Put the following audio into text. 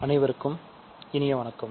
அனைவருக்கும் இனிய வணக்கம்